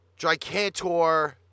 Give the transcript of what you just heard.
Gigantor